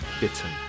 Bitten